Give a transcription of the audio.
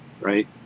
right